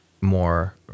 more